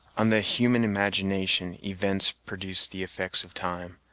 on the human imagination events produce the effects of time.